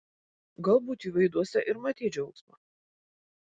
galbūt jų veiduose ir matei džiaugsmą